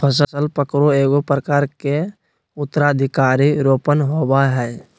फसल पकरो एगो प्रकार के उत्तराधिकार रोपण होबय हइ